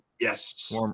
Yes